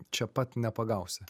čia pat nepagausi